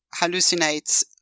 hallucinates